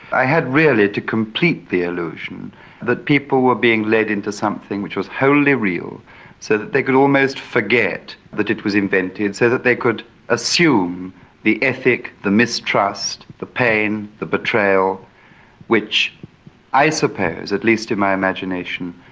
i had really to complete the illusion that people were being led into something which was wholly real so that they could almost forget that it was invented, so that they could assume the ethic, the mistrust, the pain, the betrayal which i suppose, at least in my imagination,